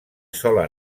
sola